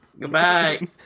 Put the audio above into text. Goodbye